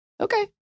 Okay